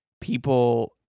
people